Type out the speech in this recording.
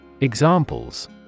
Examples